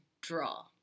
draw